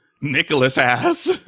Nicholas-ass